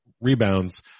rebounds